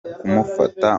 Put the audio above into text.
kumufata